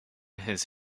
his